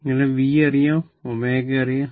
അങ്ങനെ v അറിയാം ω അറിയാം